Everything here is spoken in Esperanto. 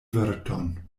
virton